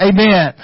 Amen